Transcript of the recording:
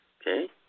Okay